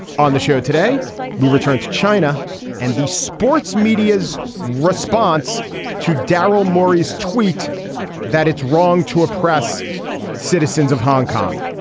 on the show today we return to china and the sports media's response to darrel murray's tweet that it's wrong to oppress citizens of hong kong.